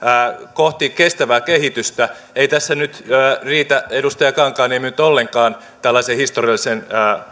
kohti kestävää kehitystä ei tässä riitä edustaja kankaanniemi nyt ollenkaan tällaisen historiallisen